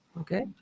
okay